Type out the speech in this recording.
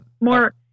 More